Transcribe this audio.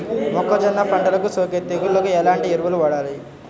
మొక్కజొన్న పంటలకు సోకే తెగుళ్లకు ఎలాంటి ఎరువులు వాడాలి?